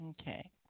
Okay